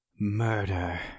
Murder